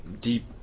deep